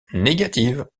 négatives